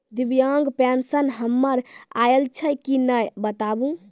दिव्यांग पेंशन हमर आयल छै कि नैय बताबू?